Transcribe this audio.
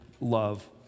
love